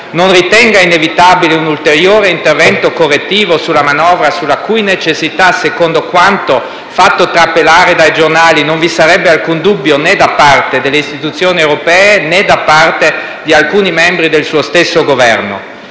non ritenga inevitabile un ulteriore intervento correttivo sulla manovra, sulla cui necessità, secondo quanto fatto trapelare dai giornali, non vi sarebbe alcun dubbio, né da parte delle istituzioni europee, né da parte di alcuni membri del suo stesso Governo.